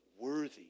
worthy